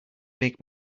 make